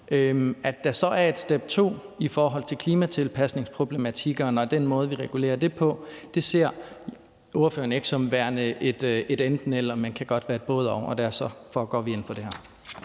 At der så er et step to i forhold til klimatilpasningproblematikkerne og den måde, vi regulerer det på, ser ordføreren ikke som værende et enten-eller, men det kan godt være et både-og, og derfor går vi ind for det her.